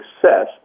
success